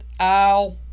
ow